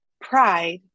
Pride